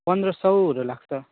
पन्द्र सयहरू लाग्छ